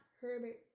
Herbert